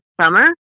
summer